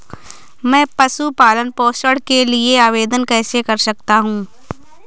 मैं पशु पालन पोषण के लिए आवेदन कैसे कर सकता हूँ?